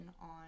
on